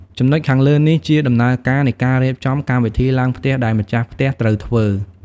ចំណុចខាងលើនេះ ជាដំណើរការនៃការរៀបចំ កម្មវិធីឡើងផ្ទះដែលម្ចាស់ផ្ទះត្រូវធ្វើ។